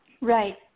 Right